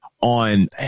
on